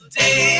day